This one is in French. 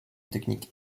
techniques